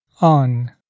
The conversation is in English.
on